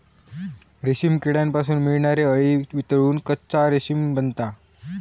रेशीम किड्यांपासून मिळणारी अळी वितळून कच्चा रेशीम बनता